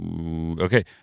Okay